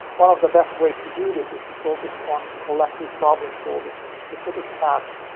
one of the best ways to do this is to focus on collective problem-solving and specific tasks,